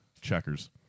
Checkers